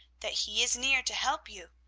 that he is near to help you.